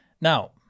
Now